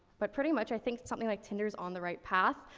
but pretty much i think something like tinder's on the right path.